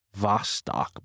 Vostok